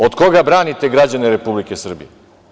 Od koga branite građane Republike Srbije?